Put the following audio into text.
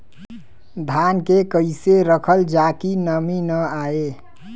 धान के कइसे रखल जाकि नमी न आए?